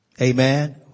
Amen